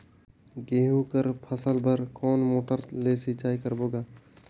गहूं कर फसल बर कोन मोटर ले सिंचाई करबो गा?